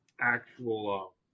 actual